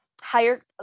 higher